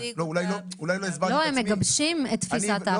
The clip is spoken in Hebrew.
לא, הם מגבשים את תפיסת ההפעלה.